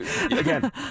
Again